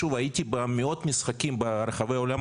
שוב, הייתי במאות משחקים ברחבי העולם.